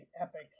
epic